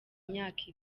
imyaka